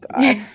God